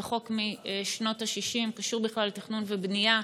זה חוק משנות השישים וקשור בכלל לתכנון ובנייה.